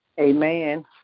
Amen